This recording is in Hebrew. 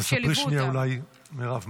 אז תספרי שנייה, מירב.